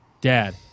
Dad